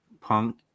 Punk